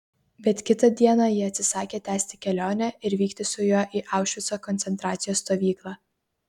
bet kitą dieną ji atsisakė tęsti kelionę ir vykti su juo į aušvico koncentracijos stovyklą